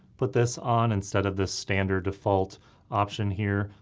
put this on instead of the standard default option here.